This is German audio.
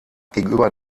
gegenüber